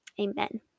Amen